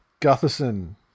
Gutherson